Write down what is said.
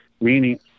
Meaning